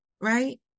Right